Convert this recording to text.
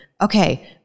okay